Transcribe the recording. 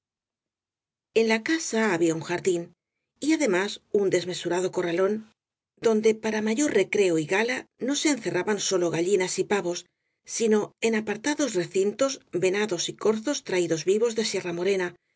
en la casa había jardín y además un desmesu rado corralón donde para mayor recreo y gala no se encerraban sólo gallinas y pavos sino en apar tados recintos venados y corzos traídos vivos de sierra morena